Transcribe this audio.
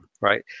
right